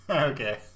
Okay